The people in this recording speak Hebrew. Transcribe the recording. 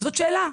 זאת שאלה,